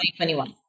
2021